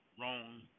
wrong